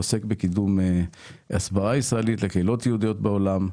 הוא עוסק בהסברה ישראלית לקהילות יהודיות בעולם.